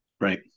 Right